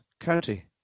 county